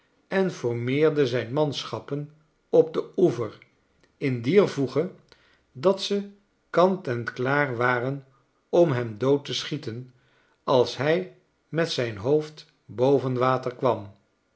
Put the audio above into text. en formeerde zijn manschappen op den oever in dier voege dat ze kant en klaar waren om hem dood te schieten als hij met zijn hoofd boven water kwam